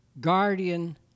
guardian